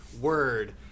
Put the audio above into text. word